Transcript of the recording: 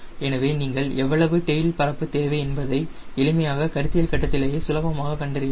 எனவே நீங்கள் எவ்வளவு டெயில் பரப்பு தேவை என்பதை எளிமையான கருத்தியல் கட்டத்திலேயே சுலபமாக கண்டறியலாம்